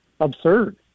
absurd